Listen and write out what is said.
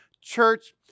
church